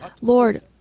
Lord